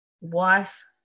wife